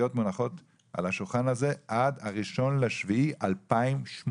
מונחות על השולחן הזה עד ה-1 ביולי 2018,